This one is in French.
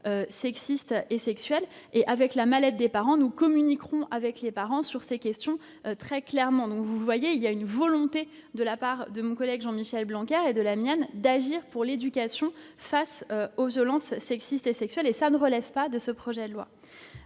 sexistes et sexuelles. Avec la mallette des parents, nous communiquerons avec les parents sur ces questions de manière très claire. Vous le voyez, il y a une volonté, de la part de mon collègue Jean-Michel Blanquer et de la mienne, d'agir pour l'éducation face aux violences sexistes et sexuelles, même si la question ne relève pas du présent projet de loi.